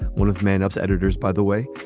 one of man ups editors, by the way,